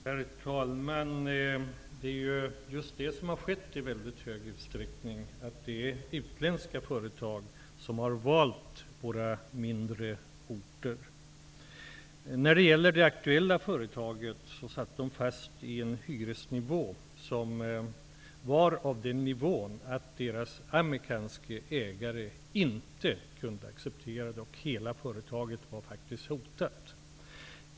Herr talman! Det är just det som har skett i mycket hög utsträckning, dvs. att det är utländska företag som har valt våra mindre orter. När det gäller det aktuella företaget satt det fast i en hyresnivå som var av den arten att deras amerikanske ägare inte kunde acceptera den. Hela företaget var faktiskt hotat.